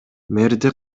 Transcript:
мэрди